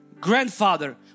grandfather